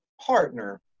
partner